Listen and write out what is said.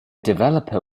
developer